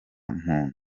muntu